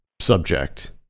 subject